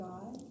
God